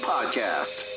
Podcast